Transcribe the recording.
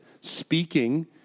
speaking